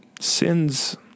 Sins